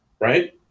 right